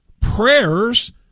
prayers